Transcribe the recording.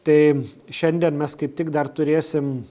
tai šiandien mes kaip tik dar turėsim